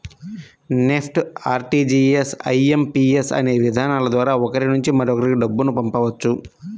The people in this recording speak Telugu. నెఫ్ట్, ఆర్టీజీయస్, ఐ.ఎం.పి.యస్ అనే విధానాల ద్వారా ఒకరి నుంచి మరొకరికి డబ్బును పంపవచ్చు